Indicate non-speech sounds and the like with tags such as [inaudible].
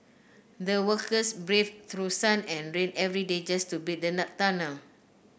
the workers braved through sun and rain every day just to build the [unintelligible] tunnel